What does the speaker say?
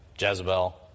Jezebel